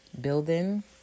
Building